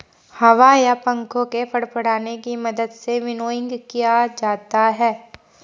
हवा या पंखों के फड़फड़ाने की मदद से विनोइंग किया जाता है